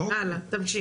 הלאה, תמשיך.